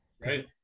Right